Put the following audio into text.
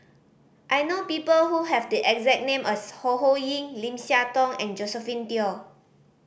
I know people who have the exact name as Ho Ho Ying Lim Siah Tong and Josephine Teo